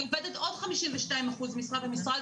היא עובדת עוד 52 אחוזי משרה במשרד